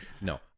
No